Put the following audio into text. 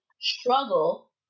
struggle